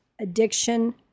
addiction